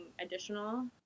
additional